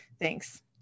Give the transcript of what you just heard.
Thanks